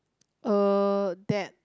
uh that